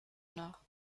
noch